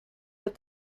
that